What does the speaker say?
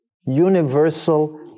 universal